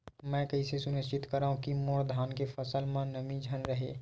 मैं कइसे सुनिश्चित करव कि मोर धान के फसल म नमी झन रहे?